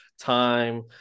time